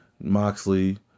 Moxley